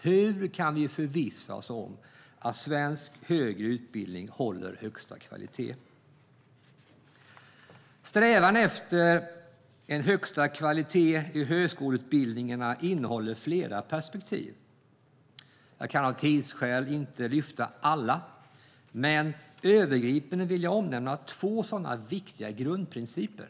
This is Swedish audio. Hur kan vi förvissa oss om att svensk högre utbildning håller högsta kvalitet? Strävan efter högsta kvalitet i högskoleutbildningarna innehåller flera perspektiv. Jag kan av tidsskäl inte lyfta fram alla, men övergripande vill jag omnämna två sådana viktiga grundprinciper.